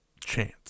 chance